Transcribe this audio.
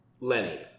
Lenny